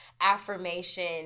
affirmation